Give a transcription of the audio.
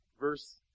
Verse